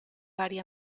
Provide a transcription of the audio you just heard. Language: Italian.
vari